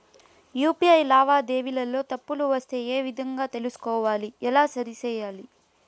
UPI లావాదేవీలలో తప్పులు వస్తే ఏ విధంగా తెలుసుకోవాలి? ఎలా సరిసేయాలి?